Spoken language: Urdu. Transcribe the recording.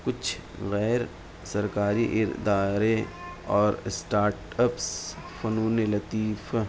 کچھ غیر سرکاری ادارے اور اسٹارٹپس فنون لطیف